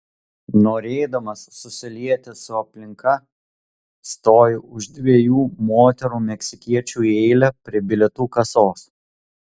norėdamas susilieti su aplinka stoju už dviejų moterų meksikiečių į eilę prie bilietų kasos